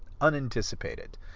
unanticipated